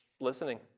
listening